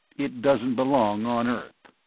it doesn't belong on earth.